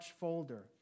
folder